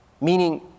Meaning